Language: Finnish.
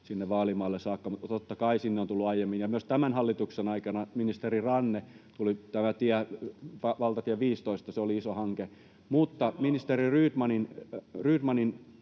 sinne Vaalimaalle saakka. Totta kai sinne on tullut aiemmin, ja myös tämän hallituksen aikana ministeri Ranteelta tuli tämä valtatie 15, se oli iso hanke. Mutta ministeri Rydmanin